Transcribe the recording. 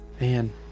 Man